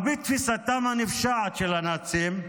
על פי תפיסתם הנפשעת של הנאצים,